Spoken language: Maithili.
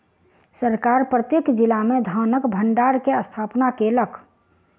सरकार प्रत्येक जिला में धानक भण्डार के स्थापना केलक